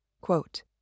Quote